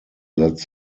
that